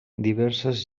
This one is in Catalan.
diverses